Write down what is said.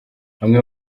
amwe